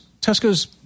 Tesco's